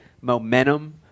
momentum